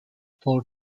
for